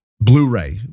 Blu-ray